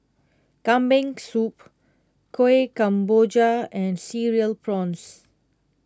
Kambing Soup Kueh Kemboja and Cereal Prawns